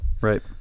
Right